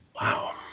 Wow